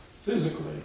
physically